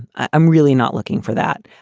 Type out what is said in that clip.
i'm really not looking for that.